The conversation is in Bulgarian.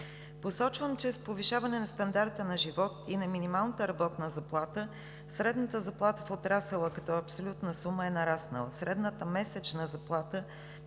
Посочвам, че с повишаване стандарта на живот и на минималната работна заплата средната заплата в отрасъла като абсолютна сума е нараствала. Средната месечна заплата на едно